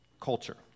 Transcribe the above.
culture